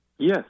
Yes